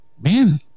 man